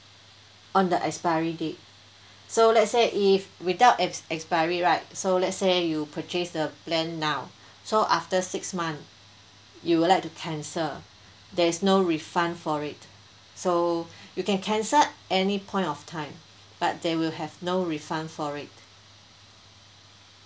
on the expiry date so let's say if without exp~ expiry right so let's say you purchase the plan now so after six month you would like to cancel there's no refund for it so you can cancel any point of time but they will have no refund for it